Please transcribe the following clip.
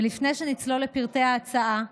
ולפני שנצלול לפרטי ההצעה,